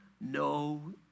no